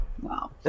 Wow